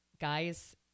guys